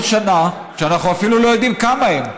שנה שאנחנו אפילו לא יודעים כמה הם.